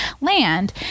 land